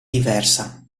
diversa